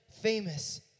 famous